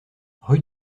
rue